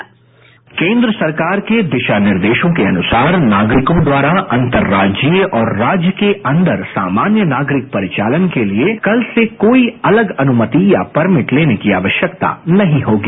sound bite केंद्र सरकार के दिशा निर्देशों के अनुसार नागरिकों द्वारा अंतर राज्यीय और राज्य के अंदर सामान्य नागरिक परिचालन के लिए कल से कोई अलग अनुमति या परमिट लेने की आवश्यकता नहीं होगी